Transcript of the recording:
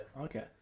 Okay